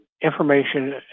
information